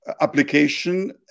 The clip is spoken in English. application